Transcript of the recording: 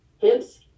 Hence